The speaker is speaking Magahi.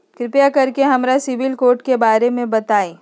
कृपा कर के हमरा सिबिल स्कोर के बारे में बताई?